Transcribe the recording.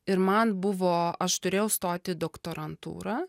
ir man buvo aš turėjau stoti į doktorantūrą